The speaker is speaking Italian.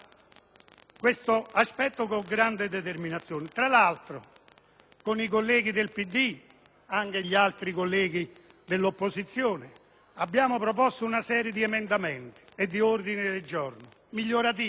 questo aspetto con grande determinazione. Tra l'altro, con i colleghi del PD e con altri colleghi dell'opposizione, abbiamo proposto una serie di emendamenti e di ordini del giorno migliorativi